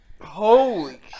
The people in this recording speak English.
Holy